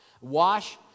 wash